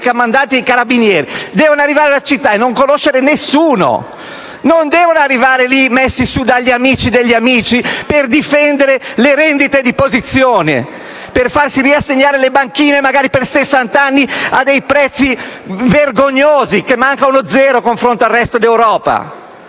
dei comandanti dei Carabinieri, devono arrivare alla città cui sono assegnati e non conoscere nessuno. Non devono arrivare lì, messi su dagli amici degli amici, per difendere le rendite di posizione, per farsi riassegnare le banchine, magari per sessant'anni, a dei prezzi vergognosi, cui manca uno zero in confronto al resto d'Europa.